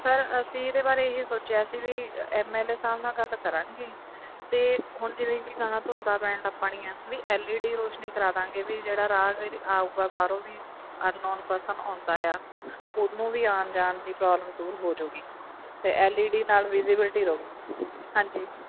sir ਅਸੀਂ ਇਹਦੇ ਬਾਰੇ ਇਹੀ ਸੋਚਿਆ ਸੀ ਵੀ ਐੱਮ ਐੱਲ ਏ ਸਾਹਿਬ ਨਾਲ ਗੱਲ ਕਰਾਂਗੇ ਅਤੇ ਹੁਣ ਜਿਵੇਂ ਕਿ ਗਾਹਾ ਧੁੰਦਾ ਪੈਣ ਲੱਗ ਪੈਣੀਆਂ ਵੀ ਐੱਲ ਈ ਡੀ ਰੋਸ਼ਨੀ ਕਰਾਦਾਂਗੇ ਵੀ ਜਿਹੜਾ ਰਾਹ ਆਵੇਗਾ ਬਾਹਰੋਂ ਵੀ ਅਨਨੋਨ ਪਰਸਨ ਆਉਂਦਾ ਏ ਆ ਉਹਨੂੰ ਵੀ ਆਉਣ ਜਾਣ ਦੀ ਪ੍ਰੋਬਲਮ ਦੂਰ ਹੋਜੂਗੀ ਅਤੇ ਐੱਲ ਈ ਡੀ ਨਾਲ ਵਿਜੀਬਿਲਟੀ ਰਵੇ ਹਾਂਜੀ